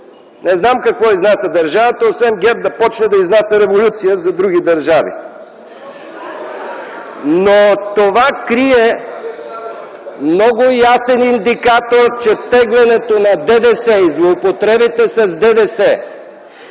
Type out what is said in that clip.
Не знам какво изнася държавата, освен ГЕРБ да започне да изнася революция за други държави. Но това крие много ясен индикатор, че тегленето на ДДС и злоупотребите с ДДС